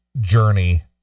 Journey